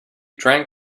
drank